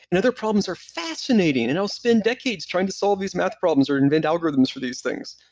and other problems are fascinating and i'll spend decades trying to solve these math problems or invent algorithms for these things.